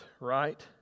right